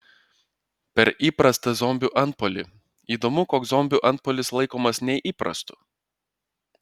per įprastą zombių antpuolį įdomu koks zombių antpuolis laikomas neįprastu